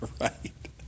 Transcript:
Right